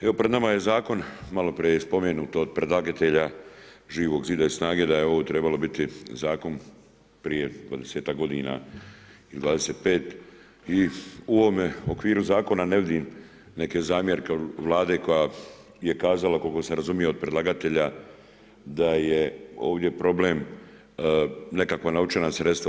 Evo, pred nama je Zakon, malo prije je spomenuto od predlagatelja Život zida i SNAGA-e da je ovo trebalo biti Zakon prije 20-ak godina ili 25 i u ovome okviru zakona ne vidim neke zamjerke od Vlade koja je kazala, koliko sam razumio od predlagatelja, da je ovdje problem nekakva novčana sredstva.